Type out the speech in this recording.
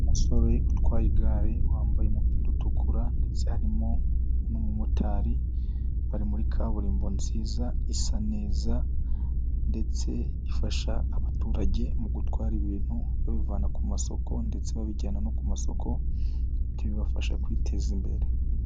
Umusore utwaye igare, wambaye umupira utukura ndetse harimo n'umumotari, bari muri kaburimbo nziza isa neza ndetse ifasha abaturage mu gutwara ibintu babivana ku masoko ndetse babijyana no ku masoko, ibyo bibafasha kwiteza imbere.